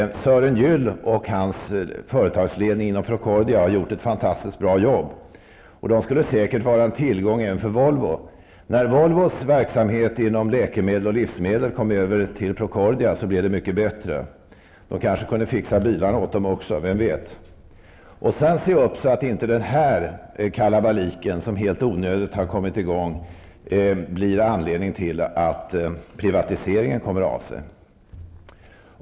Sören Gyll och hans företagsledning inom Procordia har gjort ett fantastiskt bra jobb. De skulle säkert vara en tillgång även för Volvo. När Volvos verksamhet inom läkemedel och livsmedel flyttades över till Procordia blev det mycket bättre. Kanske kan Procordia fixa bilarna åt Volvo också -- vem vet. Se upp så att inte den kalabalik som helt onödigt nu uppstått blir anledningen till att privatiseringen kommer av sig.